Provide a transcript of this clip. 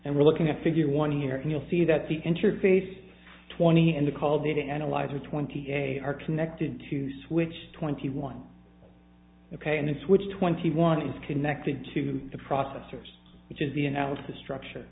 and we're looking at figure one here can you'll see that the interface twenty and the call data analyzer twenty eight are connected to switch twenty one ok and the switch twenty one is connected to the processors which is the analysis structure